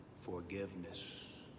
forgiveness